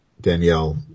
Danielle